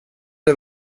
det